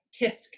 tisk